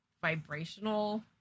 vibrational